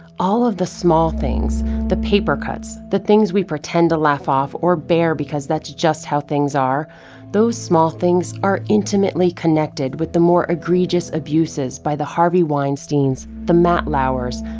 all of the small things the paper cuts, the things we pretend to laugh off or bear because that's just how things are those small things are intimately connected with the more egregious abuses by the harvey weinsteins, the matt lauers,